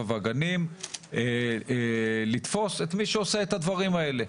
והגנים לתפוס את מי שעושה את הדברים האלה.